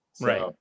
right